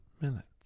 minutes